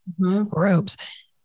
groups